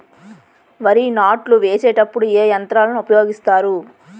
వరి నాట్లు వేసేటప్పుడు ఏ యంత్రాలను ఉపయోగిస్తారు?